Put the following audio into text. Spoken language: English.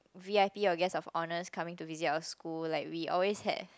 v_i_p or guest of honour coming to visit our school like we also had